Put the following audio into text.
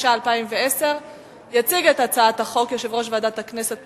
התש"ע 2010. יציג את הצעת החוק יושב-ראש ועדת הכנסת,